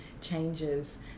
changes